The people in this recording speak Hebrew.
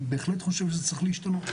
אני בהחלט חושב שזה צריך להשתנות.